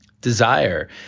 Desire